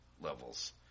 levels